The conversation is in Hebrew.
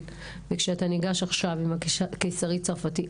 וכשאתה ניגש עכשיו עם הקיסרי צרפתי,